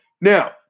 Now